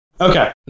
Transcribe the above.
Okay